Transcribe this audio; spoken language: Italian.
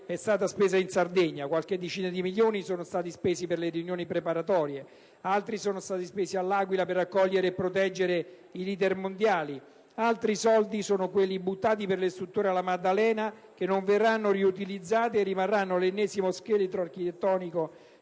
è stata spesa in Sardegna. Qualche decina di milioni è stata spesa per le riunioni preparatorie. Altri milioni sono stati spesi all'Aquila per accogliere e proteggere i leader mondiali. Altri soldi ancora sono quelli buttati per le strutture alla Maddalena che non verranno riutilizzate e rimarranno l'ennesimo scheletro architettonico